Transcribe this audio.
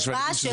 נושא חדש.